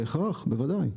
בהכרח, בוודאי.